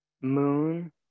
moon